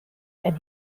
and